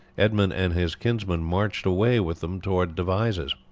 edmund and his kinsman marched away with them towards devizes.